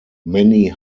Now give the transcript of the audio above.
many